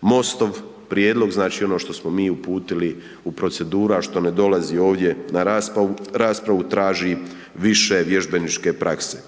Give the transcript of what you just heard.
MOST-ov prijedlog znači ono što smo mi uputili u proceduru, a što ne dolazi ovdje na raspravu traži više vježbeničke prakse.